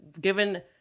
given